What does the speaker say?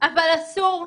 אבל אסור,